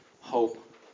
hope